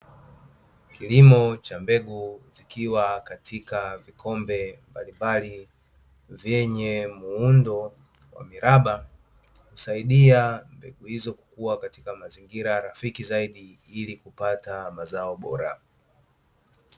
Kilimo cha mbegu zikiwa katika vikombe mbalimbali vyenye muundo wa miraba, husaidia mbegu hizo kukua katika mazingira rafiki zaidi ili kupata mazao bora.